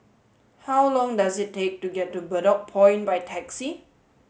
how long does it take to get to Bedok Point by taxi